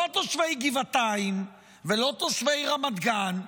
לא תושבי גבעתיים ולא תושבי רמת גן,